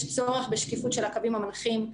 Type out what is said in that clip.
יש צורך בשקיפות של הקווים המנחים,